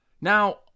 now